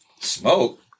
Smoke